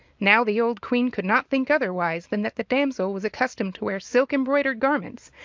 now the old queen could not think otherwise than that the damsel was accustomed to wear silk-embroidered garments,